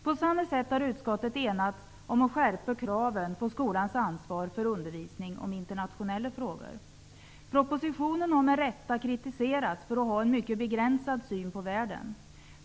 På samma sätt har utskottet enats om att skärpa kraven på skolans ansvar för undervisning om internationella frågor. Propositionen har med rätta kritiserats för att ha en mycket begränsad syn på världen.